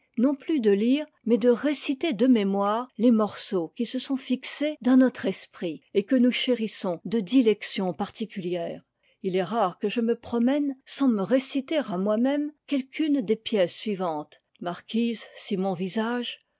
non plus de lire mais de réciter de mémoire les morceaux qui se sont fixés dans notre esprit et que nous chérissons de dilection particulière il est rare que je me promène sans me réciter à moi-même quelqu'une des pièces suivantes marquise si mon visage